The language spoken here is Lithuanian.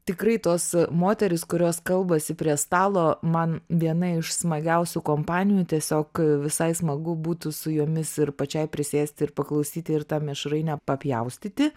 tikrai tos moterys kurios kalbasi prie stalo man viena iš smagiausių kompanijų tiesiog visai smagu būtų su jomis ir pačiai prisėsti ir paklausyti ir tą mišrainę papjaustyti